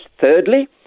thirdly